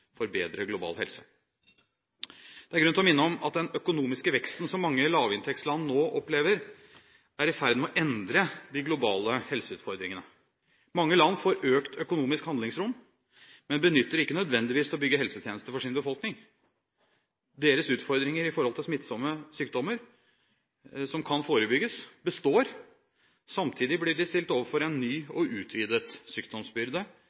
for bedre global helse. Det er grunn til å minne om at den økonomiske veksten som mange lavinntektsland nå opplever, er i ferd med å endre de globale helseutfordringene. Mange land får økt økonomisk handlingsrom, men benytter det ikke nødvendigvis til å bygge helsetjenester for sin befolkning. Deres utfordringer i forhold til smittsomme sykdommer som kan forebygges, består. Samtidig blir de stilt overfor en ny og utvidet sykdomsbyrde: